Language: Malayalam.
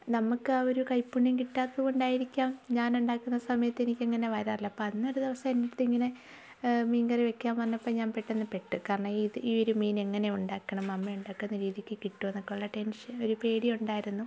നമുക്ക് ആ ഒരു കൈപ്പുണ്യം കിട്ടാത്തതുകൊണ്ടായിരിക്കാം ഞാൻ ഉണ്ടാക്കുന്ന സമയത്ത് എനിക്കങ്ങനെ വരാറില്ല അപ്പോൾ അന്നൊരു ദിവസം എൻ്റെടുത്ത് ഇങ്ങനെ മീൻകറി വയ്ക്കാൻ പറഞ്ഞപ്പോൾ ഞാൻ പെട്ടെന്ന് പെട്ടു കാരണം ഇത് ഈ ഒരു മീൻ എങ്ങനെ ഉണ്ടാക്കണം അമ്മ ഉണ്ടാക്കുന്ന രീതിക്ക് കിട്ടുമോ എന്നൊക്കെ ഉള്ള ടെൻഷൻ ഒരു പേടി ഉണ്ടായിരുന്നു